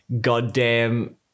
goddamn